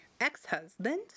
ex-husband